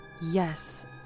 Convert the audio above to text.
Yes